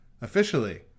Officially